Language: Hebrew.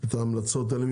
את ההמלצות האלה,